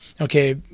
okay